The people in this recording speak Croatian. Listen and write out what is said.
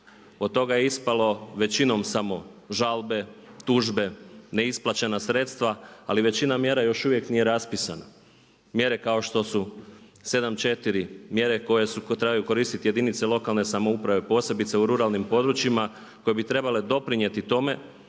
Od toga je ispalo većinom samo žalbe, tuže, neisplaćena sredstva ali većina mjera još uvijek nije raspisana. Mjere kao što su 7.4, mjere koje trebaju koristiti jedinice lokalne samouprave posebice u ruralnim područjima, koje bi trebale doprinijeti tome